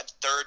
third